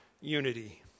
unity